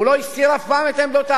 הוא לא הסתיר אף פעם את עמדותיו.